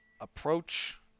approach